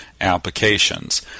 applications